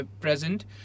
present